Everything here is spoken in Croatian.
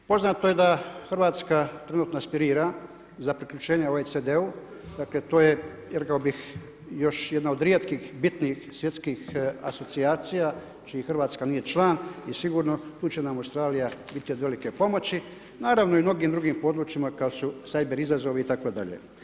Poznato je da Hrvatska trenutno aspirira za priključenje OECD-u, dakle to je, rekao bih još jedna od rijetkih, bitnih, svjetskih asocijacija čiji Hrvatska nije član i sigurno tu će nam Australija biti od velike pomoći, naravno i u mnogim drugim područjima kada su cyber izazovi itd.